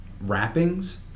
wrappings